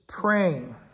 praying